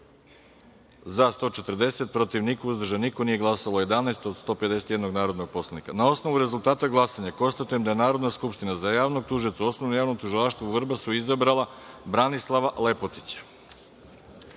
– 140, protiv – niko, uzdržanih – nema, nije glasalo 11 od ukupno 151 narodnog poslanika. Na osnovu rezultata glasanja konstatujem da je Narodna skupština za javnog tužioca u Osnovnom javnom tužilaštvu u Vrbasu izabrala Branislava Lepotića. Podsećam